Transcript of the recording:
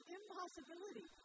impossibility